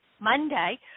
Monday